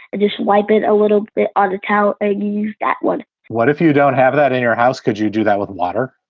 just and wipe it a little bit, undercount ah that one what if you don't have that in your house? could you do that with water?